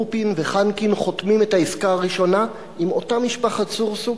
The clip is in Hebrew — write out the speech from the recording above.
רופין וחנקין חותמים על העסקה הראשונה עם אותה משפחת סורסוק,